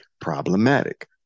problematic